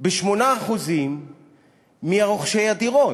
ב-8% מרוכשי הדירות,